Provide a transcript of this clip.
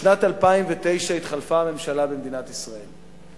בשנת 2009 התחלפה הממשלה במדינת ישראל.